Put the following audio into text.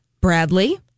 Bradley